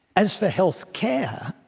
as for health care,